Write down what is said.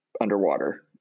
underwater